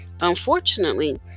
Unfortunately